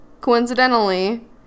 coincidentally